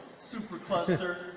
supercluster